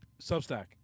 Substack